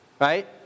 right